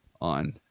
on